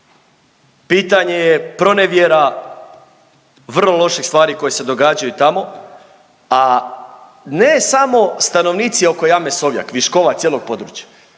pitanje je pronevjera, vrlo loših stvari koje se događaju tamo, a ne samo stanovnici oko Jame Sovjak, Viškova, cijelog područja,